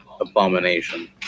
abomination